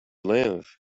live